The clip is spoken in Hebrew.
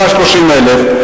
130,000,